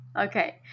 okay